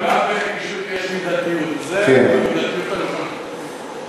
גם ברגישות יש מידתיות, תודה.